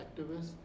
activists